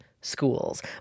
schools